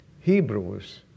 Hebrews